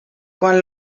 quan